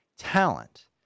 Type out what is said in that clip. talent